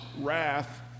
wrath